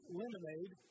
lemonade